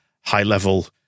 high-level